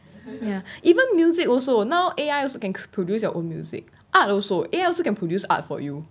ya even music also now A_I also can cr~ produce your own music art also A_I also can produce art for you